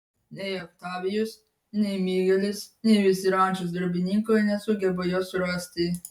nei oktavijus nei migelis nei visi rančos darbininkai nesugeba jos surasti